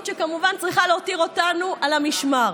שכמובן צריכה להותיר אותנו על המשמר.